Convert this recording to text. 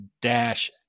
dash